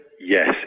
Yes